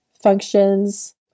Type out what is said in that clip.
functions